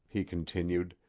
he continued,